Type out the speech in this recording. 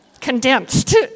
Condensed